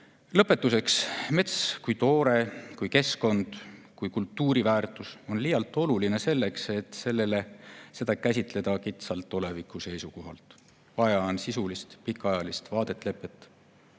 Lõpetuseks. Mets kui toore, kui keskkond, kui kultuuriväärtus on liialt oluline selleks, et seda käsitleda kitsalt oleviku seisukohalt. Vaja on sisulist pikaajalist vaadet, lepet,